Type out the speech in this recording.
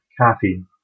caffeine